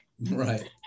Right